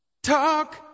Talk